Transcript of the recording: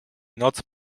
noc